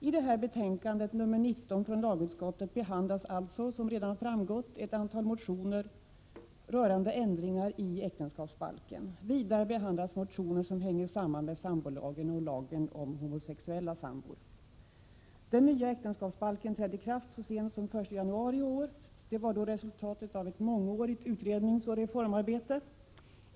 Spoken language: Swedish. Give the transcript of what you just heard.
I det här betänkandet, nr 1987/88:19, från lagutskottet behandlas alltså, som redan framgått, ett antal motioner rörande ändringar i äktenskapsbalken. Vidare behandlas motioner som hänger samman med sambolagen och lagen om homosexuella sambor. Den nya äktenskapsbalken trädde i kraft så sent som den 1 januari i år. Den var då resultatet av ett mångårigt utredningsoch reformarbete.